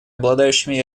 обладающими